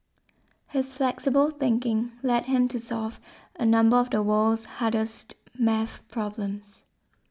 his flexible thinking led him to solve a number of the world's hardest math problems